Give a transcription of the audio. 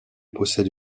possède